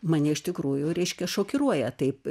mane iš tikrųjų reiškia šokiruoja taip